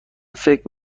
فکر